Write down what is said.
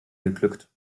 geglückt